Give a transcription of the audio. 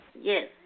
Yes